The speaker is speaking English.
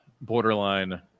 borderline